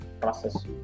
process